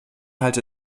halte